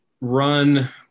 run